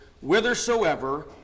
whithersoever